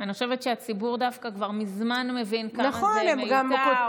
אני חושבת שהציבור דווקא כבר מזמן מבין כמה זה מיותר.